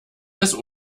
des